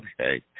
Okay